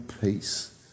peace